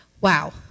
Wow